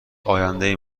آینده